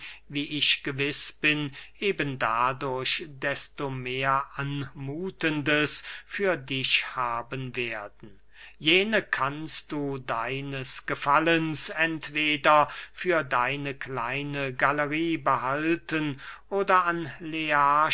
wie ich gewiß bin eben dadurch desto mehr anmuthendes für dich haben werden jene kannst du deines gefallens entweder für deine kleine galerie behalten oder an